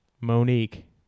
Monique